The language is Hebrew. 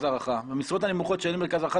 הערכה אבל במשרות הנמוכות שם אין מרכז הערכה,